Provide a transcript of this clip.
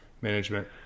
management